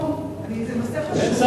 זה נושא חשוב.